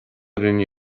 rinne